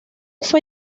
fue